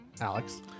Alex